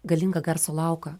galingą garso lauką